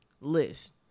list